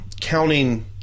counting